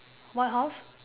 what house